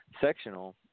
sectional